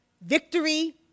Victory